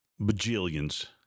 Bajillions